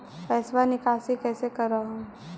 पैसवा निकासी कैसे कर हो?